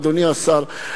אדוני השר,